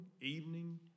evening